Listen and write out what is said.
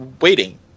waiting